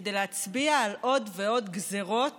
כדי להצביע על עוד ועוד גזרות